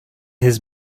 his